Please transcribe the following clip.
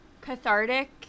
cathartic